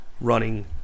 running